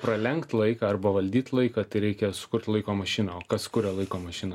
pralenkt laiką arba valdyt laiką tai reikia sukurt laiko mašiną o kas kuria laiko mašiną